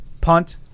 punt